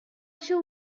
shall